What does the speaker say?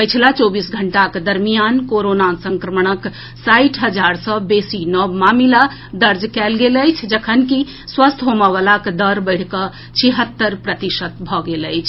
पछिला चौबीस घंटाक दरमियान कोरोना संक्रमणक साठि हजार सॅ बेसी नव मामिला दर्ज कयल गेल अछि जखनकि स्वस्थ होबय वलाक दर बढ़िकऽ छिहत्तरि प्रतिशत भऽ गेल अछि